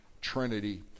trinity